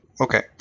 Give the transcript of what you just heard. Okay